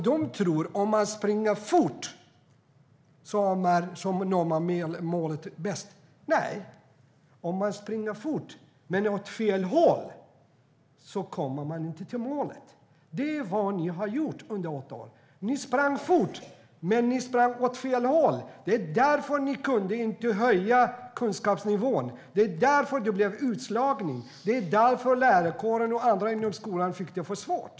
De tror att man når målet bäst om man springer fort. Nej, om man springer fort men åt fel håll kommer man inte till målet. Det är vad ni har gjort under åtta år - ni har sprungit fort, men åt fel håll. Det var därför ni inte kunde höja kunskapsnivån. Det var därför det blev utslagning. Det var därför lärarkåren och andra inom skolan fick det för svårt.